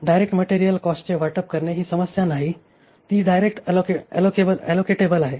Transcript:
direct material कॉस्टचे वाटप करणे ही समस्या नाही ती डायरेक्ट अलोकेटबल आहे